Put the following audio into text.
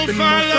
follow